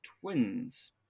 twins